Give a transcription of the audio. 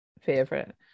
favorite